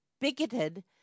bigoted